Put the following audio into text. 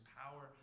power